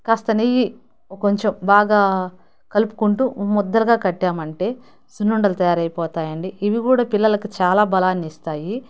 కాస్త నెయ్యి కొంచెం బాగా కలుపుకుంటూ ముద్దలుగా కట్టామంటే సున్నుండలు తయారైపోతాయండి ఇవి కూడా పిల్లలకు చాలా బలాన్ని ఇస్తాయి